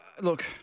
Look